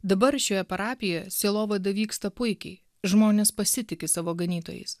dabar šioje parapijoje sielovada vyksta puikiai žmonės pasitiki savo ganytojais